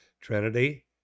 Trinity